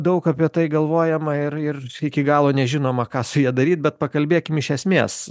daug apie tai galvojama ir ir iki galo nežinoma ką su ja daryt bet pakalbėkim iš esmės